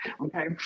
Okay